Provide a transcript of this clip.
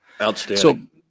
Outstanding